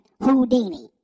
Houdini